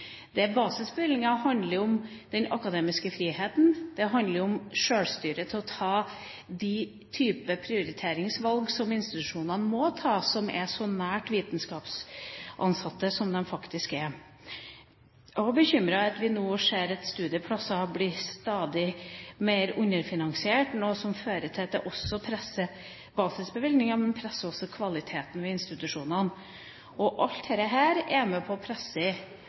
Det basisbevilgninger handler om, er den akademiske friheten. Det handler om sjølstyre til å ta den type prioriteringsvalg som institusjonene må ta, som er så nært vitenskapsansatte som de faktisk er. Vi er også bekymret over at vi nå ser at studieplasser stadig mer blir underfinansiert, noe som fører til at det presser basisbevilgningene, og at det også presser kvaliteten ved institusjonene. Alt dette er med på